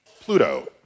Pluto